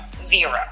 zero